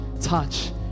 touch